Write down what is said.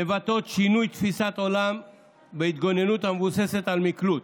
מבטאות שינוי בתפיסת העולם בהתגוננות המבוססת על מקלוט.